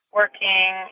working